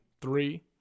three